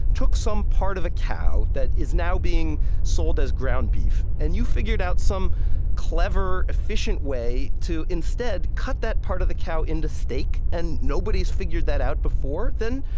took some part of a cow that is now being sold as ground beef and you figured out some clever, efficient way to instead cut that part of the cow into steak and nobody's figured that out before, then,